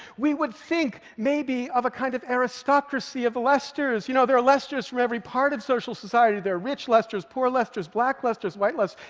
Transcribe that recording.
we would think maybe of a kind of aristocracy of lesters. you know, there are lesters from every part of social society. there are rich lesters, poor lesters, black lesters, white lesters,